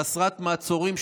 חסרת מעצורים,